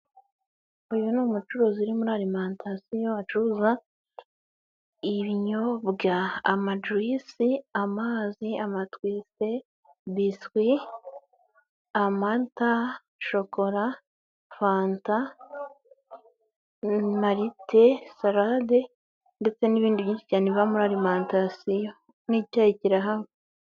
Uyu ni umucuruzi uri muri alimantasiyo, acuruza ibinyobwa: amajuwise, amazi, amatwisite, biswi, amata, shokora, fanta, marite, salade ndetse n'ibindi byinshi cyane biba muri alimantasiyo n'icyayi kirahaba.